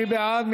מי בעד?